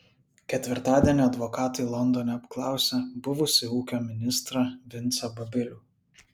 ketvirtadienį advokatai londone apklausė buvusį ūkio ministrą vincą babilių